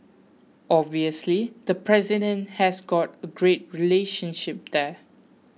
obviously the president has got a great relationship there